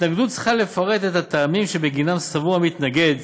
בהתנגדות צריך לפרט את הטעמים שבגינם המתנגד